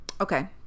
Okay